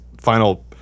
final